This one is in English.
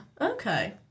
okay